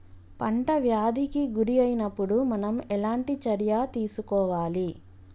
పంట వ్యాధి కి గురి అయినపుడు మనం ఎలాంటి చర్య తీసుకోవాలి?